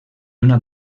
una